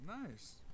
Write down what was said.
Nice